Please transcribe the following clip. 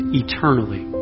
eternally